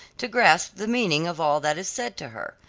to grasp the meaning of all that is said to her.